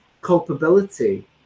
culpability